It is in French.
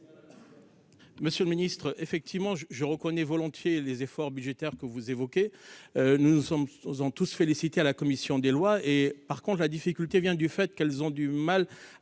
Monsieur le Ministre, effectivement je je reconnais volontiers les efforts budgétaires que vous évoquez, nous nous sommes en tous féliciter à la commission des lois, et par contre, la difficulté vient du fait qu'elles ont du mal à